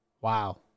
Wow